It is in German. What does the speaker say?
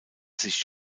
sich